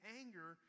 anger